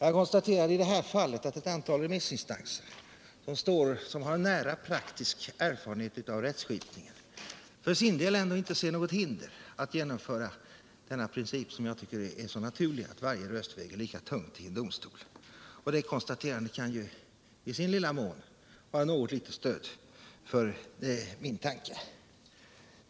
Jag konstaterar att i detta fall ett antal remissinstanser, som har nära praktisk erfarenhet av rättsskipning, för sin del ändå inte ser något hinder för att genomföra den princip som jag anser så naturlig, nämligen att varje röst i en domstol väger lika tungt. Det konstaterandet kan i sin lilla mån vara till något litet stöd för min tanke.